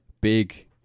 big